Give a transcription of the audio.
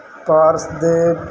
ਪਾਰਸ ਦੇ